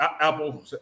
Apple